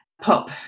pop